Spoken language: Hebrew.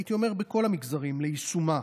הייתי אומר בכל המגזרים, ליישומה.